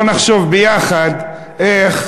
בוא נחשוב ביחד איך